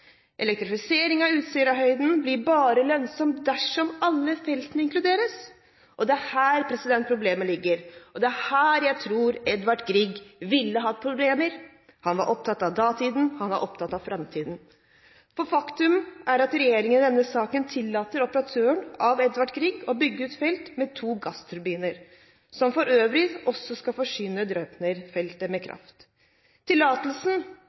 Elektrifisering av Utsirahøyden blir bare lønnsom dersom alle feltene inkluderes. Det er her problemet ligger. Det er her jeg tror Edvard Grieg ville hatt problemer. Han var opptatt av datiden, og han var opptatt av framtiden. Faktum er at regjeringen i denne saken tillater operatøren av Edvard Grieg-feltet å bygge ut feltet med to gassturbiner, som for øvrig også skal forsyne Draupne-feltet med kraft. Tillatelsen